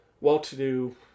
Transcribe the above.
well-to-do